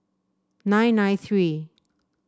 nine nine three